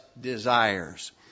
desires